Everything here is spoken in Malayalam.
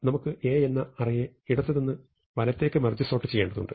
നമുക്ക് A എന്ന അറേയെ ഇടത്തുനിന്ന് വലത്തേക്ക് മെർജ് സോർട്ട് ചെയ്യേണ്ടതുണ്ട്